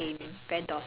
look